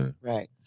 right